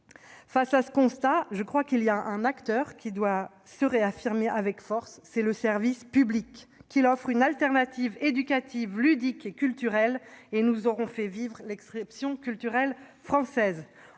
Face à ce constat, un acteur doit se réaffirmer avec force : le service public. Qu'il offre une alternative éducative, ludique et culturelle, et nous ferons vivre l'exception culturelle française